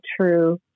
true